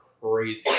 crazy